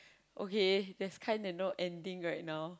okay that's kinda no ending right now